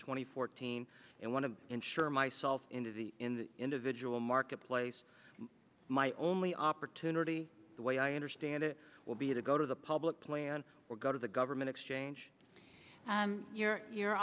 and fourteen and want to insure myself into the in the individual marketplace my only opportunity the way i understand it will be to go to the public plan or go to the government exchange and your your